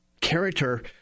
character